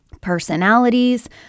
personalities